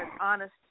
honest